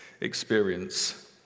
experience